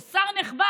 הוא שר נכבד,